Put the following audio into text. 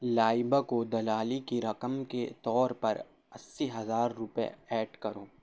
لائبہ کو دلالی کی رقم کے طور پر اسی ہزار روپئے ایڈ کرو